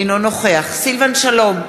אינו נוכח סילבן שלום,